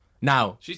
Now